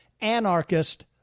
anarchist